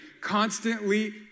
constantly